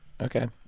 Okay